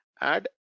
add